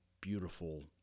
beautiful